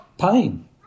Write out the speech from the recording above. Pain